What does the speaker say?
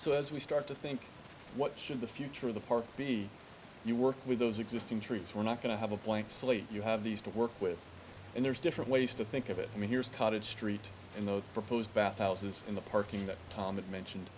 so as we start to think what should the future of the park be you work with those existing trees we're not going to have a blank slate you have these to work with and there's different ways to think of it i mean here is cottage street in the proposed bath houses in the parking that tom mentioned